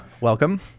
welcome